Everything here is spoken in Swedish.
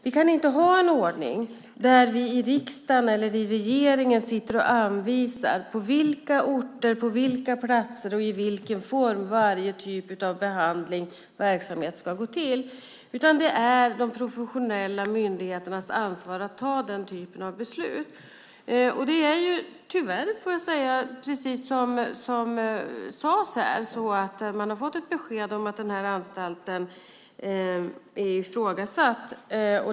Vi kan inte ha en ordning där vi i riksdagen eller i regeringen anvisar på vilka orter, på vilka platser och i vilken form varje typ av behandling och verksamhet ska ligga. Det är de professionella myndigheternas ansvar att fatta den typen av beslut. Det är tyvärr, precis som sades här, så att man har fått ett besked om att den här anstalten är ifrågasatt.